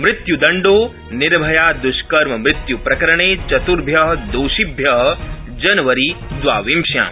मृत्य्दण्डो निर्भयाद्ष्कर्ममृत्य्प्रकरणे चत्भ्य दोषिभ्य जनवरी दवाविंश्याम्